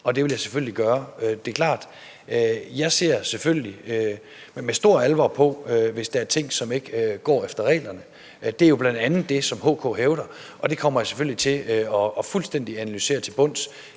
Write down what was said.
og det vil jeg selvfølgelig gøre. Det er klart, at jeg selvfølgelig ser med stor alvor på, hvis der er ting, som ikke går efter reglerne. Det er jo bl.a. det, som HK hævder, og det kommer jeg selvfølgelig til at analysere fuldstændig